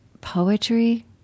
poetry